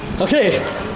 Okay